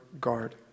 guard